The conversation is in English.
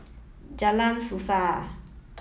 Jalan Suasa